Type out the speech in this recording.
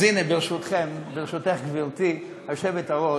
אז הנה, ברשותכם, ברשותך, גברתי היושבת-ראש,